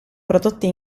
prodotti